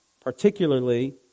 particularly